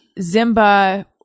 Zimba